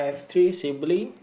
three sibling